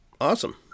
awesome